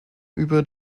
über